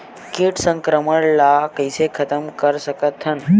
कीट संक्रमण ला कइसे खतम कर सकथन?